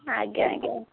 ଆଜ୍ଞା ଆଜ୍ଞା